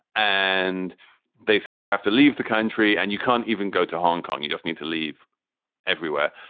and they said, you have to leave the country and you can't even go to hong kong. you just need to leave everywhere.